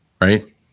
right